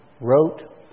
wrote